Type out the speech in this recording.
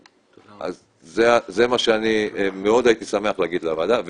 זה מה שאני מאוד הייתי שמח להגיד לוועדה,